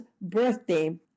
birthday